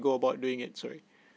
go about doing it sorry